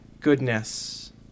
goodness